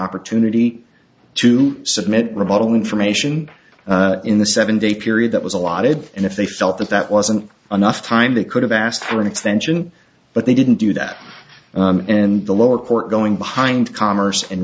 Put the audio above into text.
opportunity to submit rebuttal information in the seven day period that was allotted and if they felt that that wasn't enough time they could have asked for an extension but they didn't do that and the lower court going behind commerce and